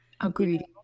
Agreed